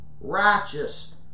righteous